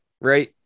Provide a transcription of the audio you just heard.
right